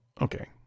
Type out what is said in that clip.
Okay